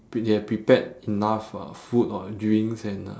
they have prepared enough uh food or drinks and uh